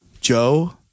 Joe